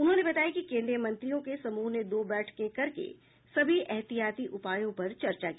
उन्होंने बताया कि केंद्रीय मंत्रियों के समूह ने दो बैठकें करके सभी ऐहतियाती उपायों पर चर्चा की